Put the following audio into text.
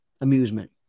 amusement